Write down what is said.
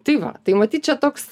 tai va tai matyt čia toks